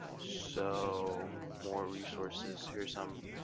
so more resources, here are some